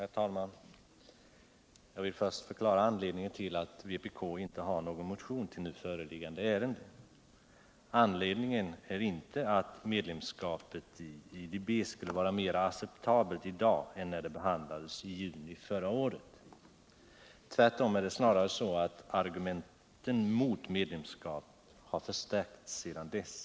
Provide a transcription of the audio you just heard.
Herr talman! Jag vill först förklara varför vpk inte har någon motion i nu föreliggande ärende. Anledningen är inte att medlemskapet i IDB skulle vara mera acceptabelt i dag än när det behandlades i juni förra året. Tvärtom är det snarare så att argumenten mot medlemskap har förstärkts sedan dess.